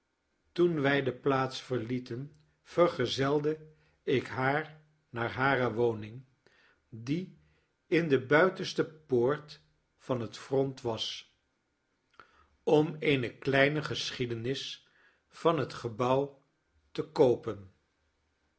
toen wij de plaats verlieten verzelde ik haar naar hare woning die in de buitenste poort van het front was om eene kleine geschiedenis van het gebouw te koopen